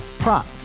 Prop